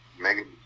Megan